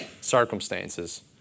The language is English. circumstances